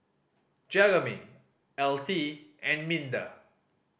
Jeromy Altie and Minda